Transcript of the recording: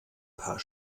paar